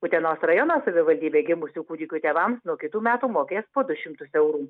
utenos rajono savivaldybė gimusių kūdikių tėvams nuo kitų metų mokės po du šimtus eurų